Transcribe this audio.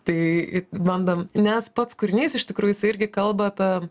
tai bandom nes pats kūrinys iš tikrųjų jis irgi kalba ta